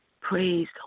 Praise